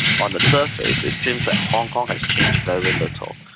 on the surface it seems like hong kong has changed very little.